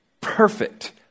perfect